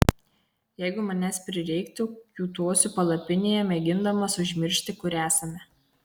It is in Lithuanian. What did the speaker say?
jeigu manęs prireiktų kiūtosiu palapinėje mėgindamas užmiršti kur esame